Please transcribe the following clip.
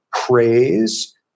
praise